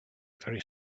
very